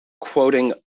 quoting